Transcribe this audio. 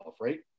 right